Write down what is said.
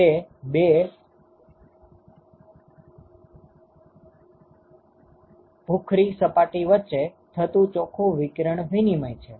અને તે બે ભૂખરી સપાટી વચ્ચે થતું ચોખ્ખું વિકિરણ વિનિમય છે